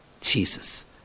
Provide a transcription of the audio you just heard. Jesus